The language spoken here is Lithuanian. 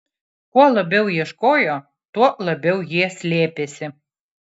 kuo labiau ieškojo tuo labiau jie slėpėsi